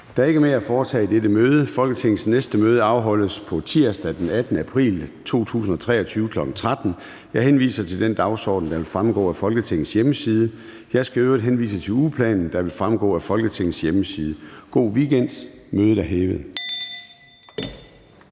er ikke mere at foretage i dette møde. Folketingets næste møde afholdes på tirsdag, den 18. april 2023, kl. 13.00. Jeg henviser til den dagsorden, der vil fremgå af Folketingets hjemmeside. Jeg skal i øvrigt henvise til ugeplanen, der vil fremgå af Folketingets hjemmeside. God weekend. Mødet er hævet.